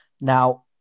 Now